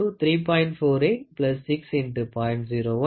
48 cm Least Count 0